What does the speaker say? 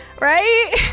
Right